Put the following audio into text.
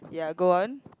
ya go on